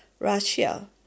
Russia